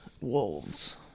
wolves